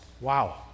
Wow